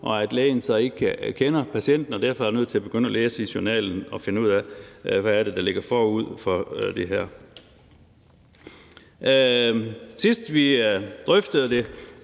hvis lægen ikke kender patienten og derfor er nødt til at begynde at læse i journalen for at finde ud af, hvad det er, der ligger forud for det her. Sidst vi drøftede det,